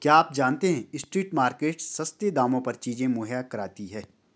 क्या आप जानते है स्ट्रीट मार्केट्स सस्ते दामों पर चीजें मुहैया कराती हैं?